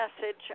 message